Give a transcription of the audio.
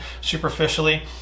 superficially